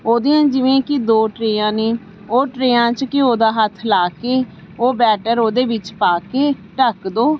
ਉਹਦੀਆਂ ਜਿਵੇਂ ਕਿ ਦੋ ਟਰੇਆਂ ਨੇ ਉਹ ਟਰੇਆਂ 'ਚ ਘਿਓ ਦਾ ਹੱਥ ਲਾ ਕੇ ਉਹ ਬੈਟਰ ਉਹਦੇ ਵਿੱਚ ਪਾ ਕੇ ਢੱਕ ਦਿਉ